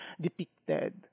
depicted